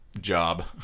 job